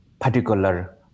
particular